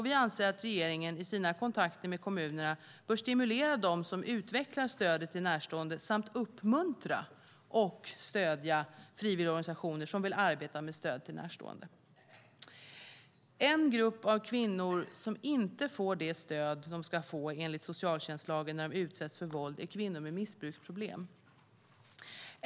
Vi anser att regeringen i sina kontakter med kommunerna bör stimulera dem att utveckla stödet till närstående samt uppmuntra och stödja frivilligorganisationer som vill arbeta med stöd till närstående. En grupp av kvinnor som inte får det stöd de ska få enligt socialtjänstlagen när de utsätts för våld är kvinnor med missbruksproblem.